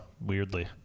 Weirdly